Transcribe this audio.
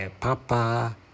Papa